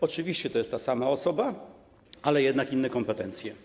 Oczywiście to jest ta sama osoba, ale jednak inne kompetencje.